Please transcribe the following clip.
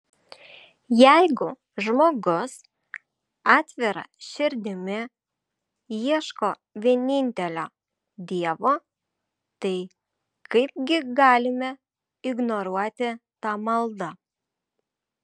jeigu žmogus atvira širdimi ieško vienintelio dievo tai kaipgi galime ignoruoti tą maldą